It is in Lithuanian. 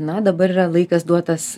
na dabar yra laikas duotas